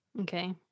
Okay